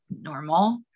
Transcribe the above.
normal